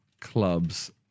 clubs